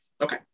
Okay